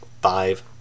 five